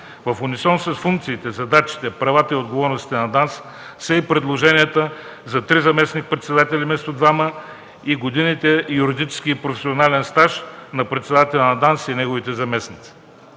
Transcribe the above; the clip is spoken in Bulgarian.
В унисон с функциите, задачите, правата и отговорностите на ДАНС са и предложенията за трима заместник-председатели, вместо двама и годините юридически и професионален стаж на председателя на ДАНС и на неговите заместници.